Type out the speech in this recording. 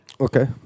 Okay